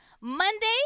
Monday